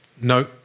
No